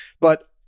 But-